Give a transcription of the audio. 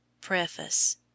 PREFACE